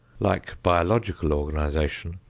like biological organization,